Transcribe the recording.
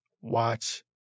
Watch